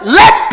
let